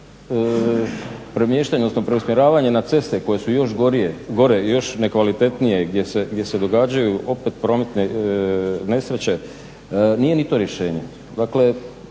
premještanje odnosno preusmjeravanje na ceste koje su još gore, još nekvalitetnije gdje se događaju opet prometne nesreće nije ni to rješenje. Dakle,